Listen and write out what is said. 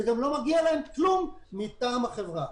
וגם לא מגיע להם כלום מטעם החברה.